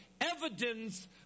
evidence